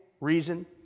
reason